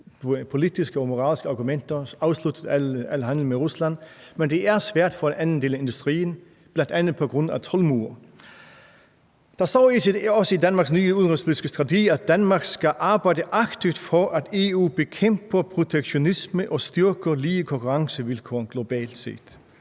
politiske og moralske argumenter afsluttet al handel med Rusland, men det er svært for en anden del af industrien bl.a. på grund af toldmure. Der står også i Danmarks nye udenrigspolitiske strategi, at Danmark skal arbejde aktivt for, at EU bekæmper protektionisme og styrker lige konkurrencevilkår globalt set.